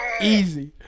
easy